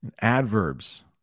Adverbs